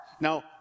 Now